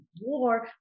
war